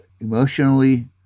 emotionally